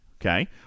Okay